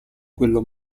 quello